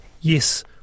yes